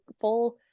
full